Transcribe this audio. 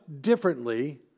differently